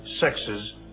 sexes